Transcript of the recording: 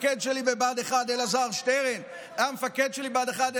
והמפקד שלי בבה"ד 1 אלעזר שטרן, ולהגיד,